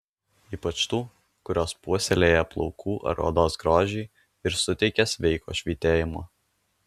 ypač tų kurios puoselėja plaukų ar odos grožį ir suteikia sveiko švytėjimo